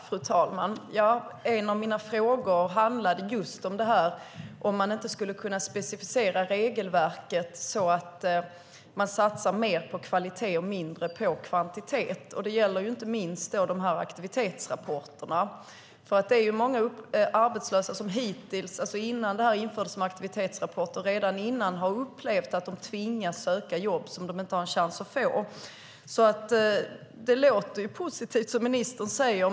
Fru talman! En av mina frågor handlade just om man inte skulle kunna specificera regelverket så att man satsar mer på kvalitet och mindre på kvantitet. Det gäller inte minst aktivitetsrapporterna. Det är många arbetslösa som redan innan aktivitetsrapporter infördes har upplevt att de tvingats söka jobb som de inte haft en chans att få. Det låter positivt som ministern säger.